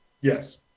yes